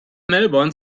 melbourne